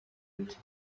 ati